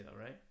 right